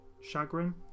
Chagrin